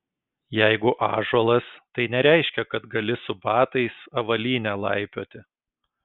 jeigu ąžuolas tai nereiškia kad gali su batais avalyne laipioti